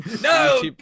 No